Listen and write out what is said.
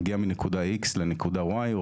מגיע מנקודה X לנקודה Y,